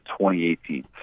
2018